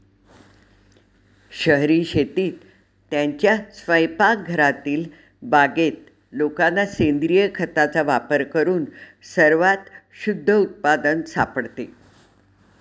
शहरी शेतीत, त्यांच्या स्वयंपाकघरातील बागेत लोकांना सेंद्रिय खताचा वापर करून सर्वात शुद्ध उत्पादन सापडते